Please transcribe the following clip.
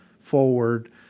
forward